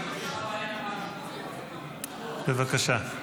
בבקשה.